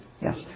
Yes